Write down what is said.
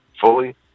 fully